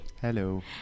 Hello